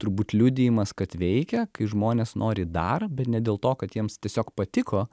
turbūt liudijimas kad veikia kai žmonės nori dar bet ne dėl to kad jiems tiesiog patiko